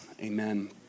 amen